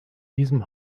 diesem